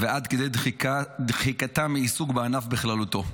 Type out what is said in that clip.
ועד כדי דחיקתם מעיסוק בענף בכללותו,